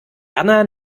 erna